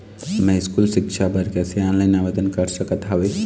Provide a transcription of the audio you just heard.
मैं स्कूल सिक्छा बर कैसे ऑनलाइन आवेदन कर सकत हावे?